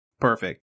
Perfect